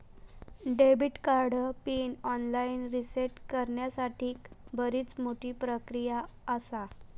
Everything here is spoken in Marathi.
debit card PIN online reset करण्यासाठीक बरीच मोठी प्रक्रिया आसा